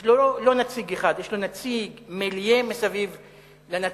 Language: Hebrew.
יש לו לא נציג אחד אלא יש מיליה מסביב לנציג.